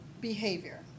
behavior